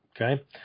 okay